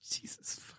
Jesus